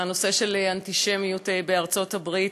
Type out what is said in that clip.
בנושא של אנטישמיות בארצות-הברית,